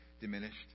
diminished